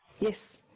Yes